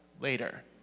later